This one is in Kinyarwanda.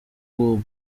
uwo